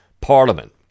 Parliament